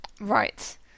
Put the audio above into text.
Right